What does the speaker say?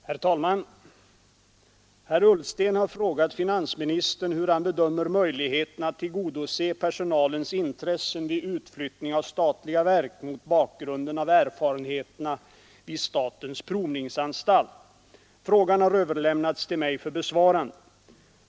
Herr talman! Herr Ullsten har frågat finansministern hur han bedömer möjligheten att tillgodose personalens intressen vid utflyttning av statliga verk, mot bakgrunden av erfarenheterna vid statens provningsanstalt. Frågan har överlämnats till mig för besvarande.